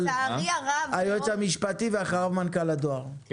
היועץ המשפטי ולאחריו מנכ"ל הדואר, בבקשה.